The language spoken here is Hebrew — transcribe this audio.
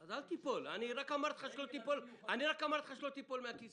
אז אל תיפול מן הכיסא.